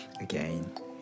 Again